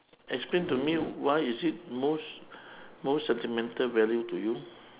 explain to me why is it most most sentimental value to you